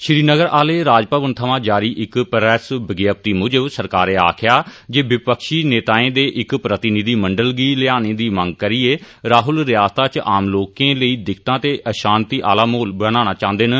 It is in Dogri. श्रीनगर आहले राजभवन थमां जारी इक प्रैस विज्ञप्ति मुजब सरकारै आक्खेया जे विपक्षी नेताएं दे इक प्रतिनिधिमंडल गी लैयाने दी मंग करियै राहुल रियासता इच आम लोकें लेई दिक्कता ते अशांति आहला माहौल बनाना चाहंदे न